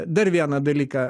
dar vieną dalyką